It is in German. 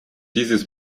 dies